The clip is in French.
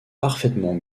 parfaitement